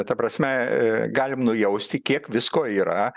ta prasme galim nujausti kiek visko yra